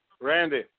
Randy